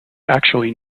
actually